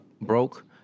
broke